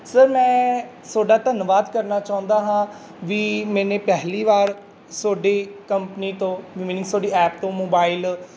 sir ਮੈਂ ਤੁਹਾਡਾ ਧੰਨਵਾਦ ਕਰਨਾ ਚਾਹੁੰਦਾ ਹਾਂ ਵੀ ਮੇਨੇ ਪਹਿਲੀ ਵਾਰ ਤੁਹਾਡੀ ਕੰਪਨੀ ਤੋਂ ਵੀ ਮਿਨਸ ਤੁਹਾਡੀ ਐਪ ਤੋਂ ਮੋਬਾਈਲ